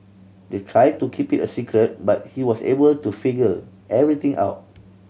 they tried to keep it a secret but he was able to figure everything out